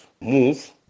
move